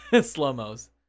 Slow-mos